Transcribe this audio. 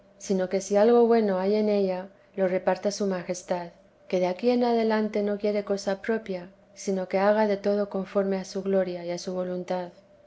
sino que si algo bueno hay en ella lo reparta su majestad que de aquí en adelante no quiere cosa propia sino que haga de todo conforme a su gloria y a su voluntad